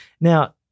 Now